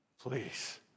please